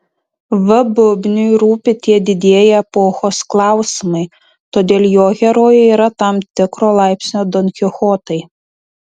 v bubniui rūpi tie didieji epochos klausimai todėl jo herojai yra tam tikro laipsnio donkichotai